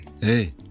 Hey